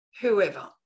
whoever